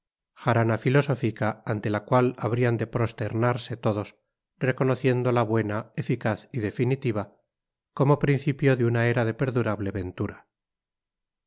jarana filosófica ante la cual habrían de prosternarse todos reconociéndola buena eficaz y definitiva como principio de una era de perdurable ventura